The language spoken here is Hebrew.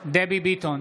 ביטון,